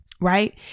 right